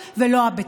ואחריו,